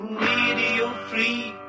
radio-free